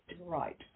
Right